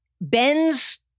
Ben's